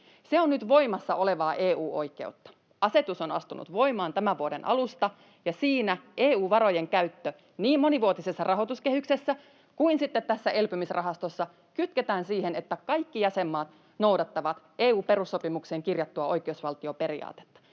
Se on nyt voimassa olevaa EU-oikeutta. Asetus on astunut voimaan tämän vuoden alusta, ja siinä EU-varojen käyttö niin monivuotisessa rahoituskehyksessä kuin sitten tässä elpymisrahastossa kytketään siihen, että kaikki jäsenmaat noudattavat EU-perussopimukseen kirjattua oikeusvaltioperiaatetta.